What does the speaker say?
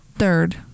third